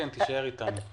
תישאר אתנו.